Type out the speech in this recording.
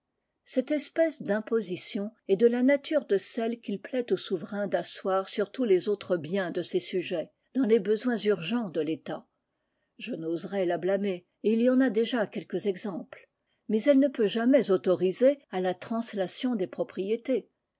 cette espèce d'imposition est de la nature de celles qu'il plaît au souverain d'asseoir sur tous les autres biens de ses sujets dans les besoins urgents de l'état je n'oserais la blâmer et il y en a déjà quelques exemples mais elle ne peut jamais autoriser à la translation des propriétés